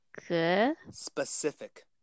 specific